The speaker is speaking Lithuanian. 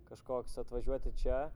kažkoks atvažiuoti čia